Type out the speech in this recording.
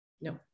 No